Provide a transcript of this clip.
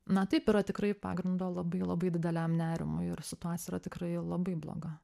na taip yra tikrai pagrindo labai labai dideliam nerimui ir situacija yra tikrai labai bloga